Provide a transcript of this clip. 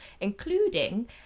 including